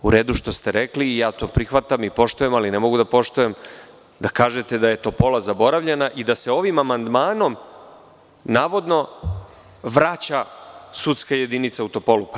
U redu je što ste rekli, ja to prihvatam i poštujem, ali ne mogu da poštujem da kažete da je Topola zaboravljena i da se ovim amandmanom navodno vraća sudska jedinica u Topolu.